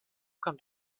kam